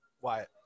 Wyatt